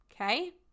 okay